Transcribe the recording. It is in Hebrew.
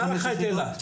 בכוונה היא לקחה את אילת.